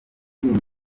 izihe